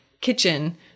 kitchen